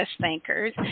thinkers